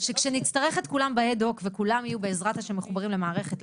שכשנצטרך את כולם באד הוק וכולם יהיו בעזרת השם מחוברים למערכת,